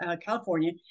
California